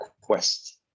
quest